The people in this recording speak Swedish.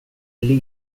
lee